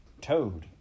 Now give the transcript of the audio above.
Toad